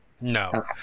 no